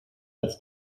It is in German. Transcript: als